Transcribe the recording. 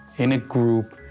in a group,